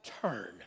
turn